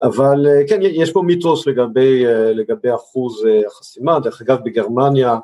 אבל כן, יש פה מיתוס לגבי ..לגבי אחוז החסימה, דרך אגב, בגרמניה.